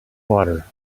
water